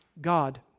God